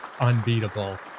Unbeatable